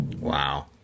Wow